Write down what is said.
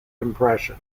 compression